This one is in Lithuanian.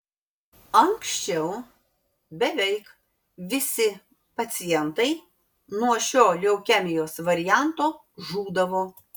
anksčiau beveik visi pacientai nuo šio leukemijos varianto žūdavo